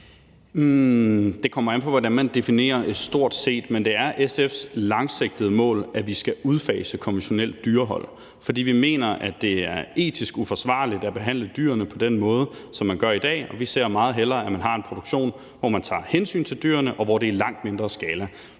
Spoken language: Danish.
Det kommer an på, hvordan man definerer »stort set«, men det er SF's langsigtede mål, at vi skal udfase konventionelt dyrehold, fordi vi mener, at det er etisk uforsvarligt at behandle dyrene på den måde, som man gør i dag, og vi ser meget hellere, at man har en produktion, hvor man tager hensyn til dyrene, og hvor det er i langt mindre skala.